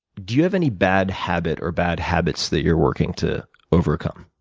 do you have any bad habit or bad habits that you're working to overcome?